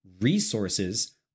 resources